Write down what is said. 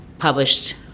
published